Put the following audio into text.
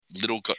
Little